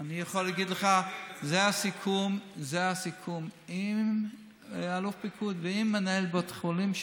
אני יכול להגיד לך שזה הסיכום עם אלוף הפיקוד ועם מנהל בית החולים,